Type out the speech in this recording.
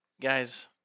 guys